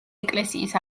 ეკლესიის